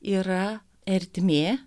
yra ertmė